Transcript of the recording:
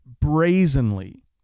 brazenly